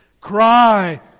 Cry